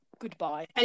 goodbye